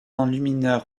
enlumineur